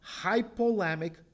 hypolamic